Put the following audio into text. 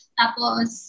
tapos